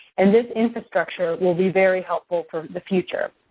and this infrastructure will be very helpful for the future.